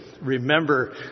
remember